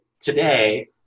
today